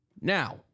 Now